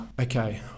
Okay